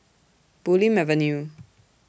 Bulim Avenue